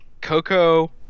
Coco